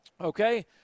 Okay